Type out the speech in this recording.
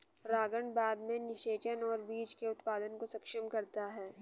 परागण बाद में निषेचन और बीज के उत्पादन को सक्षम करता है